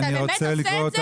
אתה באמת עושה את זה?